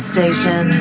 Station